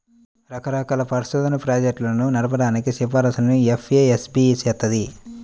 రకరకాల పరిశోధనా ప్రాజెక్టులను నడపడానికి సిఫార్సులను ఎఫ్ఏఎస్బి చేత్తది